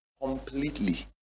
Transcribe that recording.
completely